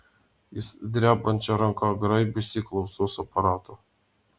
jis drebančia ranka graibėsi klausos aparato